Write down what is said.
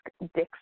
Dixon